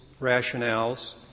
rationales